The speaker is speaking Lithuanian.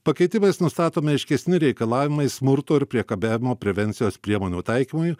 pakeitimais nustatomi aiškesni reikalavimai smurto ir priekabiavimo prevencijos priemonių taikymui